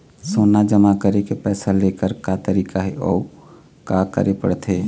सोना जमा करके पैसा लेकर का तरीका हे अउ का करे पड़थे?